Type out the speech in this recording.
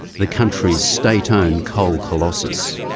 the country's state-owned coal colossus.